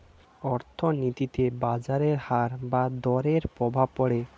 অর্থনীতিতে বাজারের হার বা দরের প্রভাব পড়ে